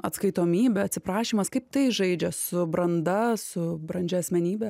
atskaitomybė atsiprašymas kaip tai žaidžia su branda su brandžia asmenybe